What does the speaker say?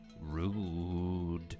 Rude